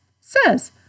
says